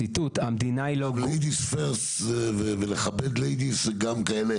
ציטוט: "המדינה היא לא" --- ladies First ולכבד ladies זה גם כאלה